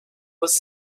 was